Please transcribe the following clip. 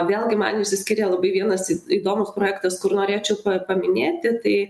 vėlgi man išsiskiria labai vienas įdomus projektas kur norėčiau pa paminėti tai